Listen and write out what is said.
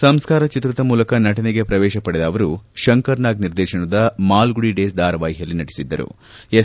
ಸಂಸ್ಕಾರ ಚಿತ್ರದ ಮೂಲಕ ನಟನೆಗೆ ಪ್ರವೇಶ ಪಡೆದ ಅವರು ಶಂಕರ್ ನಾಗ್ ನಿರ್ದೇಶನದ ಮಾಲ್ಗುಡಿ ಡೇಸ್ ಧಾರಾವಾಹಿಯಲ್ಲಿ ನಟಿಸಿದ್ದರು ಎಸ್